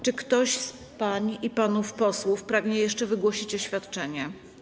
Czy ktoś z pań i panów posłów pragnie jeszcze wygłosić oświadczenie?